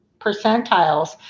percentiles